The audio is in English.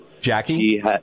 Jackie